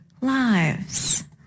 lives